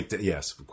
Yes